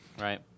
Right